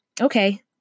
Okay